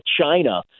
China